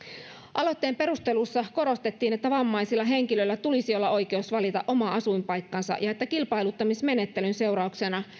aloitteen perusteluissa korostettiin että vammaisilla henkilöillä tulisi olla oikeus valita oma asuinpaikkansa ja että kilpailuttamismenettelyn seurauksena